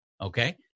okay